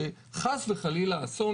שחס וחלילה אסון,